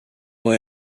boy